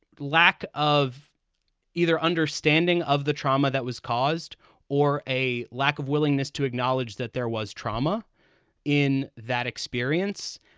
lack of either understanding of the trauma that was caused or a lack of willingness to acknowledge that there was trauma in that experience.